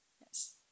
Yes